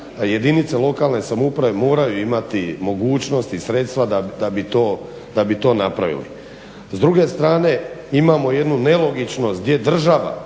jedinice lokalne samouprave moraju imati mogućnost i sredstva da bi to napravili. S druge strane imamo jednu nelogičnost gdje država